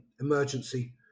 emergency